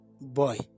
Boy